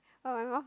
oh my mouth